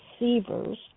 receivers